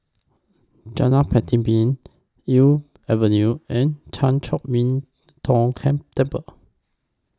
Jalan Elm Avenue and Chan Chor Min Tong Ken Temple